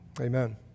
amen